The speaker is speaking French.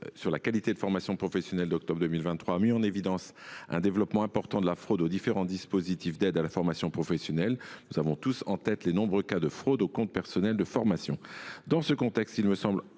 sur la qualité de la formation professionnelle a mis en évidence, en octobre 2023, un développement important de la fraude aux différents dispositifs d’aide à la formation professionnelle. Nous avons tous en tête les nombreux cas de fraude au compte personnel de formation. Dans ce contexte, il me semble